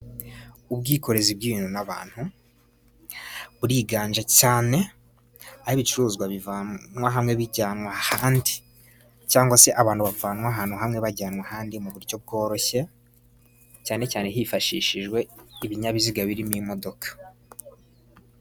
Ubwikorezi bw'ibintu n'abantu buriganje cyane, aho ibicuruzwa bivanwa hamwe bijyanwa ahandi, cyangwa se abantu bavanwa ahantu hamwe bajyanwa ahandi mu buryo bworoshye, cyane cyane hifashishijwe ibinyabiziga birimo imodoka.